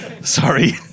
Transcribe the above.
Sorry